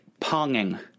ponging